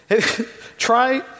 Try